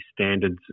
standards